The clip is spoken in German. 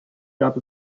gab